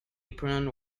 apron